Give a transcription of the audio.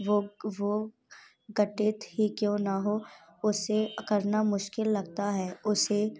वो वो घटित ही क्यों ना हो उसे करना मुश्किल लगता है उसे